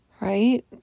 Right